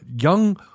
young